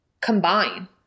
combine